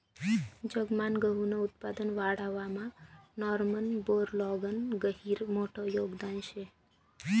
जगमान गहूनं उत्पादन वाढावामा नॉर्मन बोरलॉगनं गहिरं मोठं योगदान शे